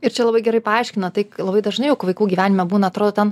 ir čia labai gerai paaiškina tai labai dažnai juk vaikų gyvenime būna atrodo ten